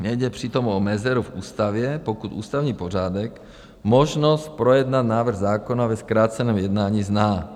Nejde přitom o mezeru v ústavě, pokud ústavní pořádek možnost projednat návrh zákona ve zkráceném jednání zná.